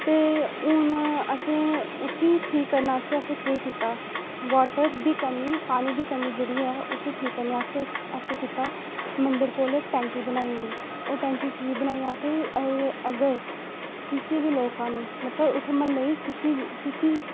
ते हून असें उसी ठीक करने आस्तै असें केह् कीता वाटर दी कनी पानीन दी कमी जेह्ड़ी ऐ उसी ठीक करने आस्तै असें केह् कीता मंदर कोल इक टैंकी बनाई ओड़ी ओह् टैंकी की बनाई असें कि अगर किसै बी लोकें नूं मतलब उत्थै म्हल्लै च कुसै ई बी